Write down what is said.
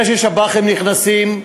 זה ששב"חים נכנסים,